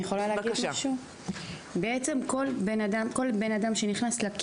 אני יושבת-ראש עמותת "דרור